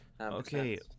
Okay